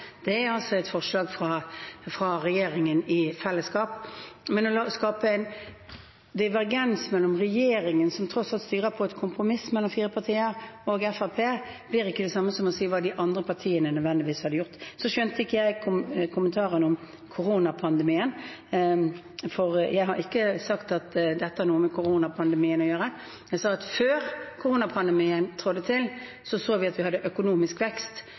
regjeringen i fellesskap. Men å skape en divergens mellom regjeringen, som tross alt styrer på et kompromiss mellom fire partier, og Fremskrittspartiet blir ikke det samme som å si hva de andre partiene nødvendigvis hadde gjort. Jeg skjønte ikke kommentaren om koronapandemien, for jeg har ikke sagt at dette har noe med koronapandemien å gjøre. Jeg sa at før koronapandemien inntraff, så vi at vi hadde økonomisk vekst